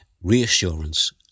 reassurance